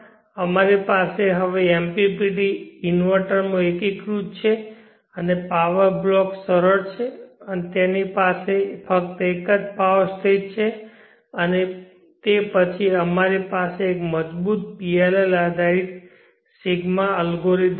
અમારી પાસે હવે MPPT ઇન્વર્ટરમાં એકીકૃત છે અને પાવર બ્લોક સરળ છે તેની પાસે ફક્ત એક પાવર સ્ટેજ છે અને તે પછી અમારી પાસે એક મજબૂત PLL આધારિત ρ એલ્ગોરિધમ છે